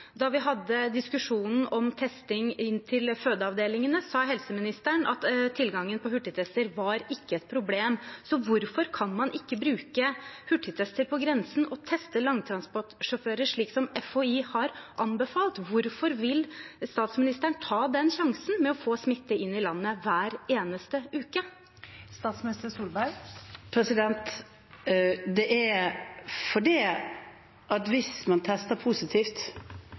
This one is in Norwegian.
Da vi hadde diskusjonen om testing inn til fødeavdelingene, sa helseministeren at tilgangen på hurtigtester ikke var et problem. Hvorfor kan man ikke bruke hurtigtester på grensen og teste langtransportsjåfører, slik FHI har anbefalt? Hvorfor vil statsministeren ta den risikoen for å få smitte inn i landet hver eneste uke? Det er fordi at hvis man tester positivt